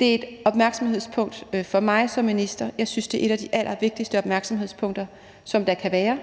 Det er et opmærksomhedspunkt for mig som minister. Jeg synes, at det et af de allervigtigste opmærksomhedspunkter, som der kan være,